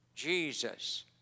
Jesus